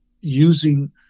using